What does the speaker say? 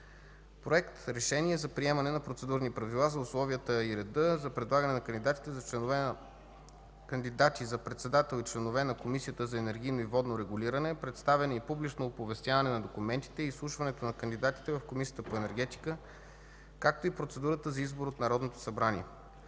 „Проект! РЕШЕНИЕ за приемане на Процедурни правила за условията и реда за предлагане на кандидати за председател и членове на Комисията за енергийно и водно регулиране, представяне и публично оповестяване на документите и изслушването на кандидатите в Комисията по енергетика, както и процедурата за избор от Народното събрание